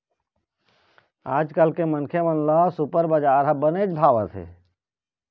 आजकाल के मनखे मन ल सुपर बजार ह बनेच भावत हे